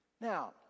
Now